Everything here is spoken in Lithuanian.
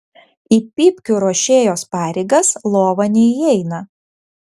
į pypkių ruošėjos pareigas lova neįeina